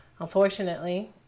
unfortunately